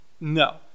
No